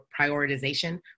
prioritization